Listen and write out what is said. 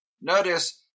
Notice